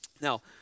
Now